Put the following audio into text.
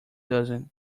doesn’t